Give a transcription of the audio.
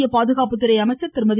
மத்திய பாதுகாப்பு அமைச்சர் திருமதி